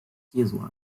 jesu